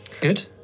good